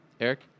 Eric